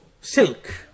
silk